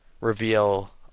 reveal